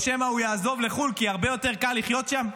או שמא הוא יעזוב לחו"ל כי הרבה יותר קל לחיות שם?